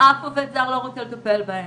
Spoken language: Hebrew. אף עובד זר לא רוצה לטפל בהם,